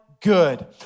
good